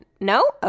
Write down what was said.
No